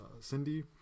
Cindy